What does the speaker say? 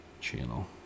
channel